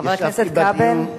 חבר הכנסת כבל.